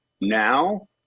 now